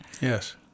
yes